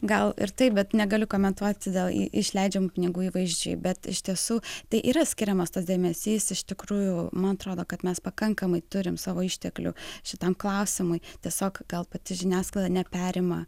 gal ir taip bet negaliu komentuoti dėl išleidžiamų pinigų įvaizdžiui bet iš tiesų tai yra skiriamas tas dėmesys iš tikrųjų man atrodo kad mes pakankamai turim savo išteklių šitam klausimui tiesiog gal pati žiniasklaida neperima